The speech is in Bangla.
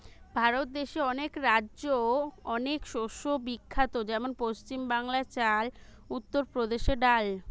ভারত দেশে অনেক রাজ্যে অনেক শস্য বিখ্যাত যেমন পশ্চিম বাংলায় চাল, উত্তর প্রদেশে ডাল